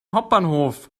hauptbahnhof